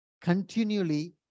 Continually